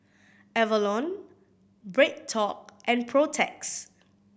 Avalon BreadTalk and Protex